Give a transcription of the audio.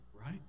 right